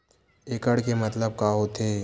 एकड़ के मतलब का होथे?